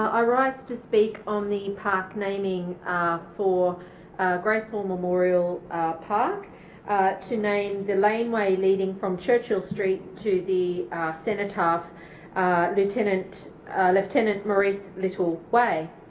i rise to speak on the park naming for graceville memorial park to name the laneway leading from churchill street to the cenotaph lieutenant lieutenant maurice little way.